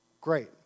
Great